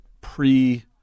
pre-